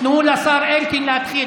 תנו לשר אלקין להתחיל.